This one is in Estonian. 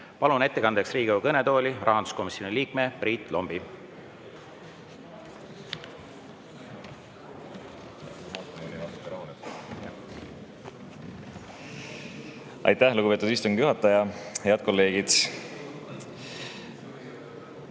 Palun ettekandjaks Riigikogu kõnetooli rahanduskomisjoni liikme Priit Lombi. Aitäh, lugupeetud istungi juhataja! Head kolleegid!